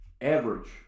average